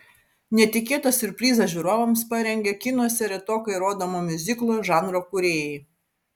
netikėtą siurprizą žiūrovams parengė kinuose retokai rodomo miuziklo žanro kūrėjai